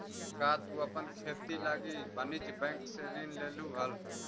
का तु अपन खेती लागी वाणिज्य बैंक से ऋण लेलहुं हल?